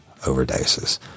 overdoses